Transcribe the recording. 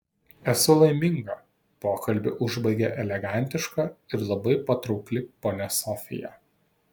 esu laiminga pokalbį užbaigė elegantiška ir labai patraukli ponia sofija